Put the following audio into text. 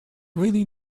really